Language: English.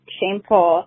shameful